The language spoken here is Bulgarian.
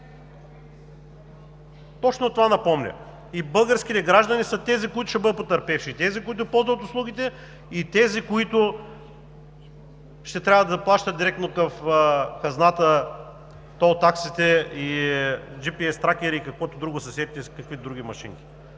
Точно на това ни напомня. И българските граждани са тези, които ще бъдат потърпевши – тези, които ползват услугите, и тези, които ще трябва да плащат директно на хазната тол таксите и GPS тракерите, и каквото друго се сетите, всякакви други машинки.